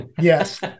Yes